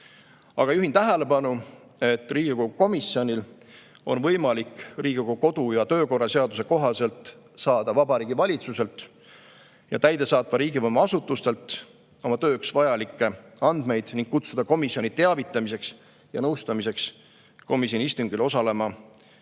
Juhin tähelepanu, et Riigikogu komisjonil on Riigikogu kodu- ja töökorra seaduse kohaselt võimalik saada Vabariigi Valitsuselt ja täidesaatva riigivõimu asutustelt oma tööks vajalikke andmeid ning kutsuda komisjoni teavitamiseks ja nõustamiseks komisjoni istungile osalema